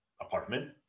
apartment